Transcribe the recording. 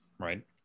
right